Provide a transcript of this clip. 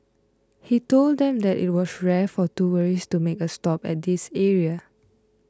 he told them that it was rare for tourists to make a stop at this area